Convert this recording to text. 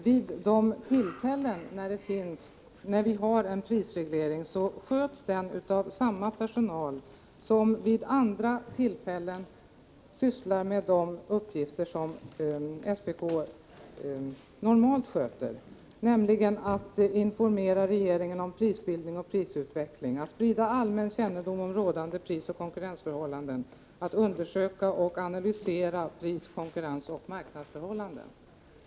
Vid de tillfällen vi har prisreglering sköts den av samma personal som vid andra tillfällen sysslar med de uppgifter SPK normalt sköter, nämligen att informera regeringen om prisbildning och prisutveckling, att sprida kännedom om rådande prisoch konkurrensförhållanden, att undersöka och analysera priskonkurrens och marknadsförhållanden.